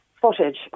footage